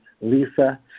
Lisa